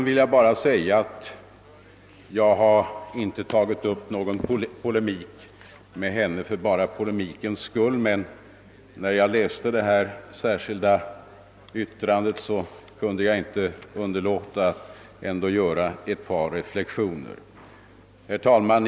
Vidare har jag inte tagit upp någon polemik med fröken Wetterström för polemikens egen skull, men efter att ha läst det särskilda yttrandet kunde jag inte underlåta att göra ett par reflexioner.